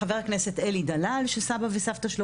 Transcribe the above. חבר הכנסת אלי דלל שסבא וסבתא שלו,